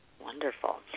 Wonderful